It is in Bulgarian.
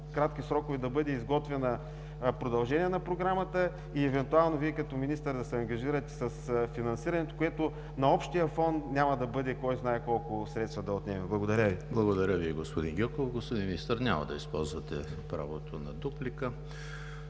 кратки срокове да бъде изготвено продължение на Програмата и евентуално Вие, като министър, да се ангажирате с финансирането, което на общия фонд няма да отнеме кой знае колко средства. Благодаря. ПРЕДСЕДАТЕЛ ЕМИЛ ХРИСТОВ: Благодаря Ви, господин Гьоков. Господин Министър, няма да използвате правото на дуплика?